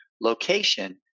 location